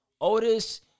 Otis